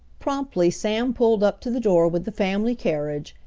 promptly sam pulled up to the door with the family carriage,